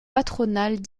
patronales